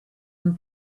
and